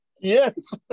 Yes